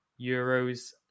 euros